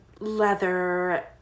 leather